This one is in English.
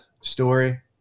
Story